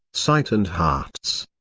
sight and hearts.